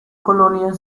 colonia